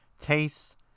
tastes